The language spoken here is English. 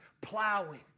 plowing